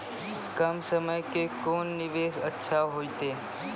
कम समय के कोंन निवेश अच्छा होइतै?